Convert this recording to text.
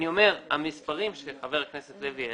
אני אומר שהמספרים שהעלה חבר הכנסת לוי,